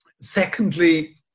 Secondly